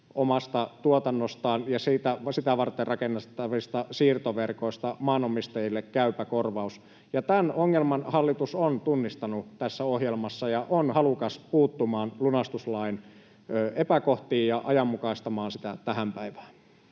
omasta tuotannostaan ja sitä varten rakennettavista siirtoverkoista maanomistajille käypä korvaus, ja tämän ongelman hallitus on tunnistanut tässä ohjelmassa ja on halukas puuttumaan lunastuslain epäkohtiin ja ajanmukaistamaan sitä tähän päivään.